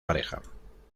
pareja